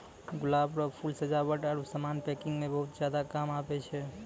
गुलाब रो फूल सजावट आरु समान पैकिंग मे बहुत ज्यादा काम आबै छै